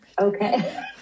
okay